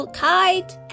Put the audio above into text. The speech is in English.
kite